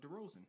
DeRozan